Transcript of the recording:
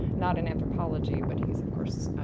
not in anthropology, but he's of course,